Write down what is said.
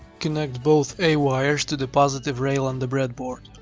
connect both a wires to the positive rail on the breadboard.